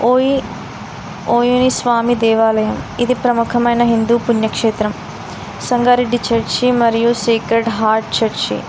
ఓయి ఓయిని స్వామి దేవాలయం ఇది ప్రముఖమైన హిందూ పుణ్యక్షేత్రం సంగారెడ్డి చర్చి మరియు సేక్రెడ్ హార్ట్ చర్చి